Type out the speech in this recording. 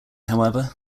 however